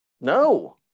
No